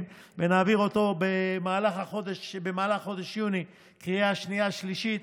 ונעביר אותו במהלך חודש יוני בקריאה השנייה והשלישית,